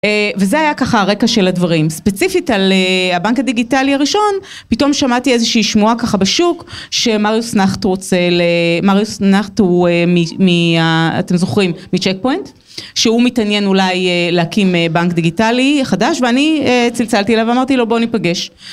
וזה היה ככה הרקע של הדברים. ספציפית על הבנק הדיגיטלי הראשון, פתאום שמעתי איזושהי שמועה ככה בשוק, שמריו סנאחט רוצה ל... מריו סנאחט הוא מ... אתם זוכרים, מצ'ק פוינט, שהוא מתעניין אולי להקים בנק דיגיטלי חדש, ואני צלצלתי אליו ואמרתי לו בוא ניפגש.